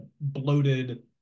bloated